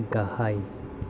गाहाय